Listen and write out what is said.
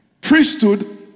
Priesthood